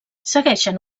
segueixen